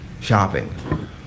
shopping